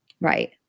Right